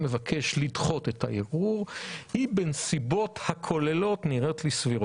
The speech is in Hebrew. שהציג סגן יושב ראש הכנסת ביחס לחברת הכנסת אורית